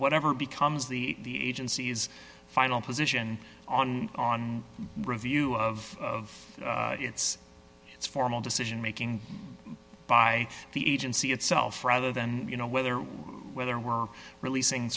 whatever becomes the the agency is final position on on review of its its formal decision making by the agency itself rather than you know whether or whether we're releasing